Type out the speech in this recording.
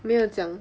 没有讲